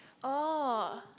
oh